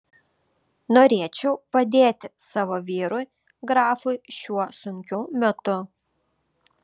norėčiau padėti savo vyrui grafui šiuo sunkiu metu